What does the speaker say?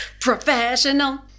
Professional